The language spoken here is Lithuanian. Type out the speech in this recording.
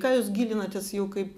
ką jūs gilinatės jau kaip